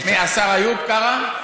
השר איוב קרא?